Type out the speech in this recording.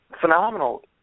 phenomenal